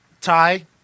Ty